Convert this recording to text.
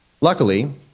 Luckily